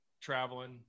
traveling